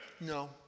No